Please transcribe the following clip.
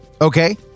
okay